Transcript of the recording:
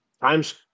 times